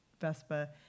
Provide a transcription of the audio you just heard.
Vespa